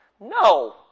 No